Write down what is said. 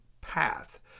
path